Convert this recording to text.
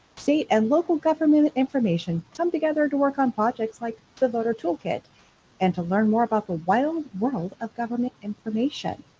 state and local information come together to work on projects like the voter toolkit and to learn more about the wild world of government information.